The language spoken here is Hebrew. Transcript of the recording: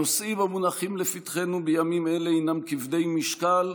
הנושאים המונחים לפתחנו בימים אלה הם כבדי משקל,